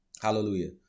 Hallelujah